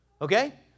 okay